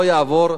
לא יעבור,